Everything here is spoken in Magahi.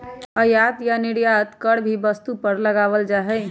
आयात या निर्यात कर भी वस्तु पर लगावल जा हई